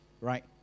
right